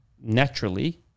naturally